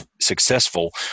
successful